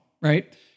right